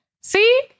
See